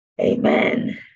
Amen